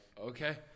Okay